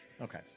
Okay